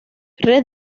red